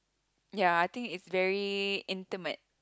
ya I think it's very intimate